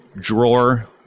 drawer